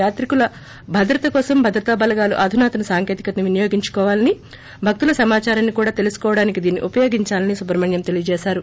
యాత్రికుల భద్రత కోసం భద్రతా బలగాలు ఆధునాతన సాంకేతికను వినియోగించుకోవాలని భక్తుల సమాచారాన్ని కూడా తెలుసుకోవడానికి దీన్ని ఉపయోగించాలని సుబ్రహ్మణ్యం తెలిపారు